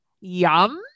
Yum